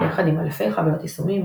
יחד עם אלפי חבילות יישומים,